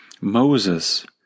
Moses